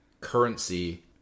currency